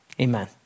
Amen